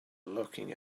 looking